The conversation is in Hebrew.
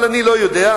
אבל אני לא יודע,